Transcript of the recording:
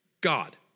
God